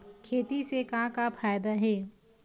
खेती से का का फ़ायदा हे?